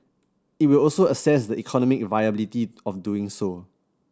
it will also assess the economic viability of doing so